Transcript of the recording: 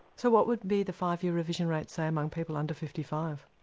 so what would be the five year revision rate say among people under fifty five?